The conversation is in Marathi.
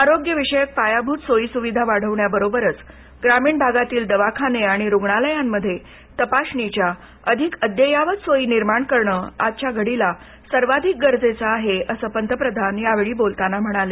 आरोग्यविषयक पायाभूत सोयीसुविधा वाढविण्याबरोबरच ग्रामीण भागातील दवाखाने आणि रुग्णालयांमध्ये तपासणीच्या अधिक अद्ययावत सोयी निर्माण करणं आजच्या घडीला सर्वाधिक गरजेचं आहे असं पंतप्रधान यावेळी बोलताना म्हणाले